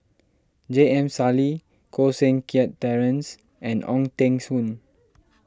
J M Sali Koh Seng Kiat Terence and Ong Teng Koon